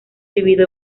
vivido